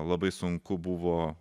labai sunku buvo